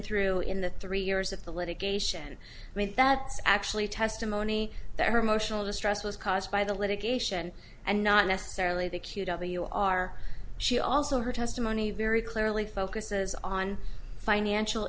through in the three years of the litigation i mean that's actually testimony that her emotional distress was caused by the litigation and not necessarily the cute of the you are she also her testimony very clearly focuses on financial